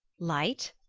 light?